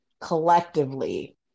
collectively